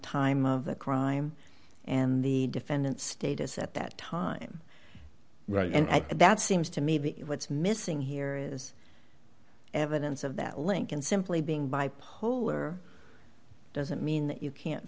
time of the crime and the defendant's status at that time right and that's seems to me be what's missing here is evidence of that link and simply being bipolar doesn't mean that you can't